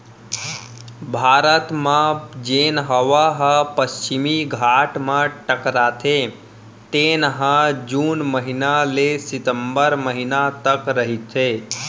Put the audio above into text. भारत म जेन हवा ह पस्चिम घाट म टकराथे तेन ह जून महिना ले सितंबर महिना तक रहिथे